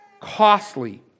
costly